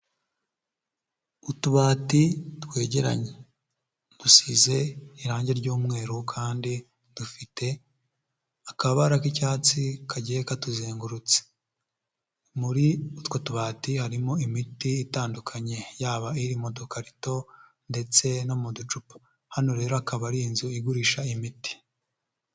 Utubati twegeranye dusize irangi ry'umweru kandi dufite akabara k'icyatsi kagiye katuzengurutse, muri utwo tubati harimo imiti itandukanye yaba iri mu dukarito ndetse no mu ducupa. Hano rero akaba ari inzu igurisha imiti.